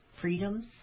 freedoms